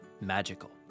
magical